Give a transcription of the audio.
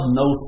no